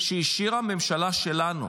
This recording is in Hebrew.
שהשאירה הממשלה שלנו,